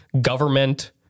government